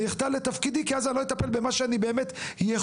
אני אחטא לתפקידי כי אז אני לא אטפל במה שאני באמת יכול,